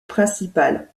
principal